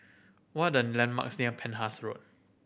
what are the landmarks near Penhas Road